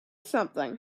something